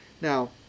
Now